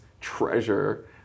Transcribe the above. treasure